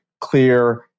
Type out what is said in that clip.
clear